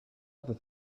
other